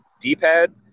D-pad